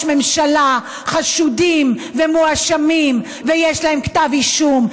ממשלה חשודים ומואשמים ויש להם כתב אישום,